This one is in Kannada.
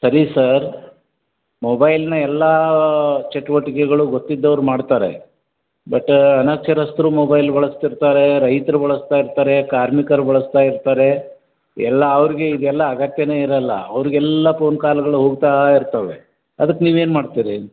ಸರಿ ಸರ್ ಮೊಬೈಲ್ನ ಎಲ್ಲಾ ಚಟುವಟಿಕೆಗಳು ಗೊತ್ತಿದ್ದವ್ರು ಮಾಡ್ತಾರೆ ಬಟ್ ಅನಕ್ಷರಸ್ತರು ಮೊಬೈಲ್ ಬಳಸ್ತಿರ್ತಾರೇ ರೈತರು ಬಳಸ್ತಾ ಇರ್ತಾರೆ ಕಾರ್ಮಿಕರು ಬಳಸ್ತಾ ಇರ್ತಾರೆ ಎಲ್ಲ ಅವ್ರ್ಗೆ ಇದೆಲ್ಲ ಅಗತ್ಯನೆ ಇರಲ್ಲ ಅವ್ರಿಗೆ ಎಲ್ಲ ಫೋನ್ ಕಾಲ್ಗಳು ಹೋಗ್ತಾ ಇರ್ತವೆ ಅದಕ್ಕೆ ನೀವೇನು ಮಾಡ್ತೀರಿ